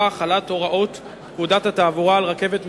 (החלת הוראות פקודת התעבורה על רכבת מקומית,